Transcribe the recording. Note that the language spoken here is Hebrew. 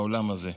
בעולם הזה.